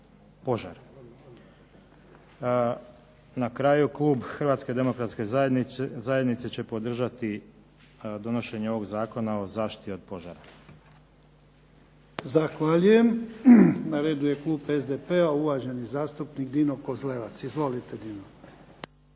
Na kraju, klub Hrvatske demokratske zajednice će podržati donošenje ovog Zakona o zaštiti od požara.